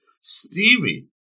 Steamy